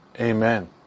amen